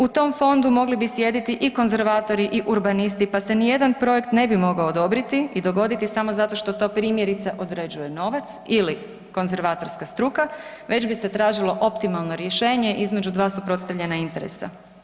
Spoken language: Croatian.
U tom fondu mogli bi sjediti i konzervatori i urbanisti pa se nijedan projekt ne bi mogao odobriti i dogoditi samo zato što to primjerice, određuje novac ili konzervatorska struka već bis e tražilo optimalno rješenje između dva suprotstavljena interesa.